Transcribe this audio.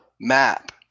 map